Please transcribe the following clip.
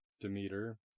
Demeter